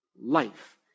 life